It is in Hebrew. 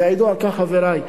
ויעידו על כך חברי,